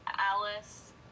Alice